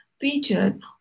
featured